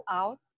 out